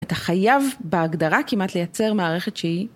אתה חייב בהגדרה כמעט לייצר מערכת שהיא.